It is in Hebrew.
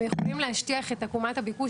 הם יכולים להשטיח את עקומת הביקוש.